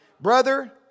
Brother